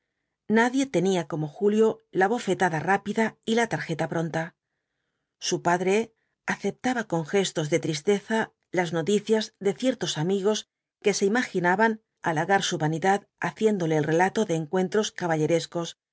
nadie tenía como julio la bofetada rápida y la tarjeta pronta su padre aceptaba con gestos de tristeza las noticias de ciertos amigos que se imaginaban halagar su vanidad haciéndole el relato de encuentros caballerescos